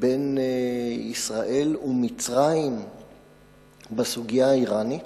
בין ישראל ומצרים בסוגיה האירנית,